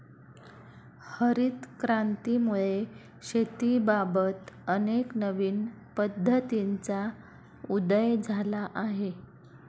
हरित क्रांतीमुळे शेतीबाबत अनेक नवीन पद्धतींचा उदय झाला आहे